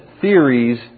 theories